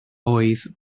oedd